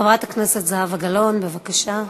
חברת הכנסת זהבה גלאון, בבקשה.